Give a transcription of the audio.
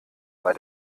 bei